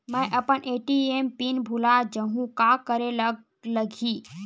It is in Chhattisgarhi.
मैं अपन ए.टी.एम पिन भुला जहु का करे ला लगही?